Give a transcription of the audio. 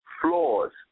floors